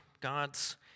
God's